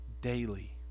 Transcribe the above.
daily